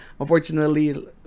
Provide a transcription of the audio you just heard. unfortunately